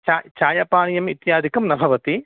च चायपानीयम् इत्यादिकं न भवति